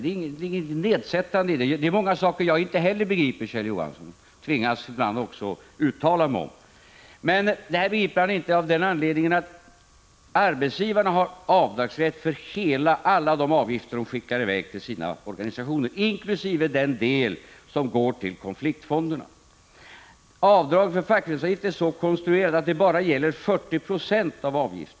Det ligger inget nedsättande i det — det är många saker som inte heller jag begriper och som jag ibland också tvingas uttala mig om. Kjell Johansson begriper inte detta av den anledningen att arbetsgivarna har avdragsrätt för alla de avgifter som de skickar i väg till sina organisationer, inkl. den del som går till konfliktfonderna, medan avdraget för fackföreningsavgift är så konstruerat att det gäller endast 40 4 av avgiften.